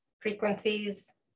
frequencies